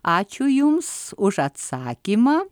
ačiū jums už atsakymą